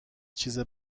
چیزی